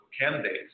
candidates